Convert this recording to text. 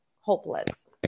hopeless